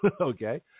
Okay